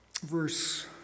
verse